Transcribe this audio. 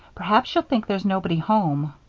perhaps she'll think there's nobody home.